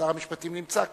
שר המשפטים נמצא כאן,